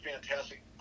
fantastic